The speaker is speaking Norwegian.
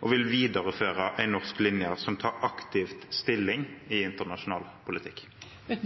og vil videreføre en norsk linje som tar aktivt stilling i internasjonal politikk?» Jeg